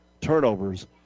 turnovers